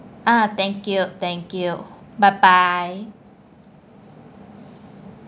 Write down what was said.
ah thank you thank you bye bye